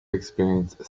experienced